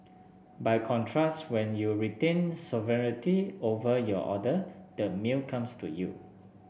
by contrast when you retain sovereignty over your order the meal comes to you